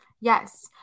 yes